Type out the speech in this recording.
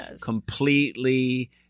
completely